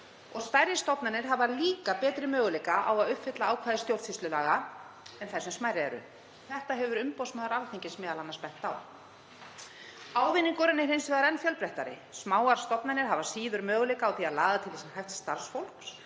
50. Stærri stofnanir hafa líka betri möguleika á að uppfylla ákvæði stjórnsýslulaga en þau sem smærri eru. Það hefur umboðsmaður Alþingis m.a. bent á. Ávinningurinn er hins vegar enn fjölbreyttari. Smáar stofnanir hafa síður möguleika á því að laða til sín hæft starfsfólk